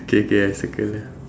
K K I circle ah